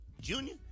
Junior